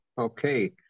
Okay